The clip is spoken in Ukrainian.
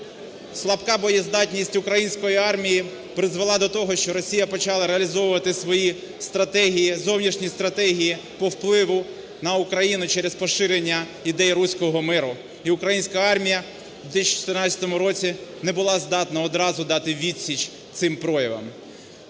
слабка боєздатність української армії призвела до того, що Росія почала реалізовувати свої стратегії, зовнішні стратегії по впливу на Україну через поширення ідей "руського миру" і українська армія в 2014 році не була здатна одразу дати відсіч цим проявам.